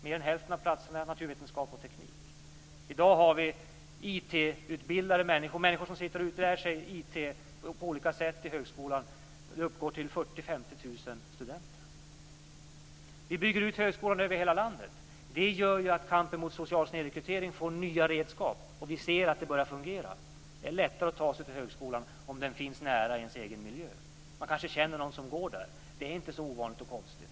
Mer än hälften av platserna gäller naturvetenskap och teknik. I dag uppgår de som sitter och lär sig IT på olika sätt i högskolan till 40 000-50 000 studenter. Vi bygger ut högskolan över hela landet. Det gör att kampen mot social snedrekrytering får nya redskap. Vi ser också att det börjar fungera. Det är lättare att ta sig till högskolan om den finns nära ens egen miljö. Man kanske känner någon som går där. Det är inte så ovanligt och konstigt.